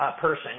person